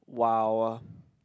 wow